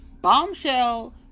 Bombshell